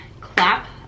clap